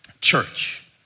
church